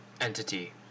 Entity